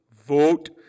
Vote